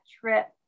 trip